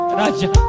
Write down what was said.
raja